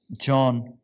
John